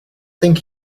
think